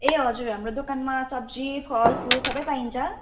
ए हजुर हाम्रो दोकानमा सब्जी फलफुल सबै पाइन्छ